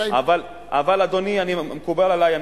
אבל, אדוני, מקובל עלי.